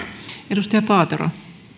arvoisa